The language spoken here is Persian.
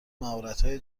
مهارتهای